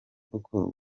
koko